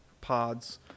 pods